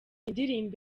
indirimbo